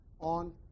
on